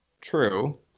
true